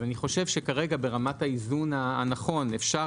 אז אני חושב שכרגע ברמת האיזון הנכון אפשר